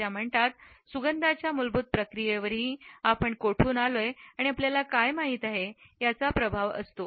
त्या म्हणतात सुगंधाच्या मूलभूत प्रक्रियेवर ही ही आपण कोठून आलोय आणि आपल्याला काय माहिती आहे याचा प्रभाव असतो